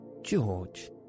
George